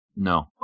No